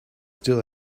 still